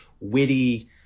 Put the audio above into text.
witty